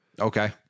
Okay